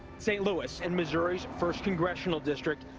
st. louis, in missouri's first congressional district,